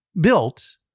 built